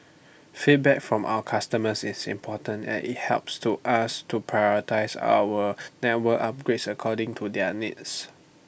feedback from our customers is important at IT helps to us to prioritise our network upgrades according to their needs